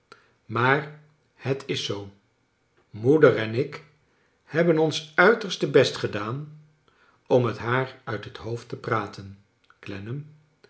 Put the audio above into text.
maax het is zoo moeder en ik hebben ons uiterste best gedaan om het haar uit het hoofd te praten